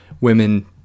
women